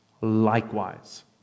Likewise